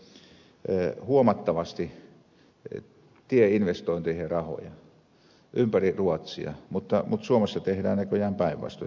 ja ruotsissahan on lisätty nyt huomattavasti tieinvestointeihin rahoja ympäri ruotsia mutta suomessa tehdään näköjään päinvastoin